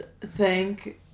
thank